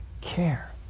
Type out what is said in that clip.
care